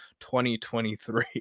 2023